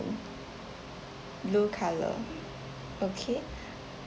blue colour okay